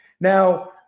Now